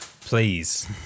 please